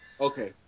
Okay